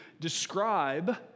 describe